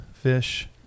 fish